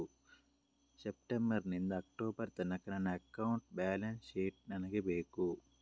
September ನಿಂದ October ತನಕ ನನ್ನ ಅಕೌಂಟ್ ಬ್ಯಾಲೆನ್ಸ್ ಶೀಟ್ ನನಗೆ ಬೇಕು